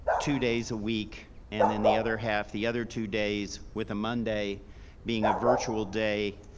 two days a week, and then the other half the other two days, with a monday being a virtual day.